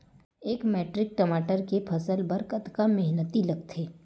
एक मैट्रिक टमाटर के फसल बर कतका मेहनती लगथे?